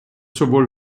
sowohl